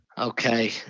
Okay